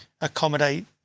accommodate